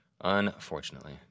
Unfortunately